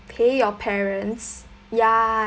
pay your parents ya